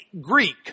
Greek